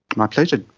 my pleasure.